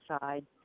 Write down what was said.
side